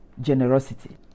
generosity